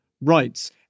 rights